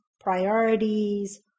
priorities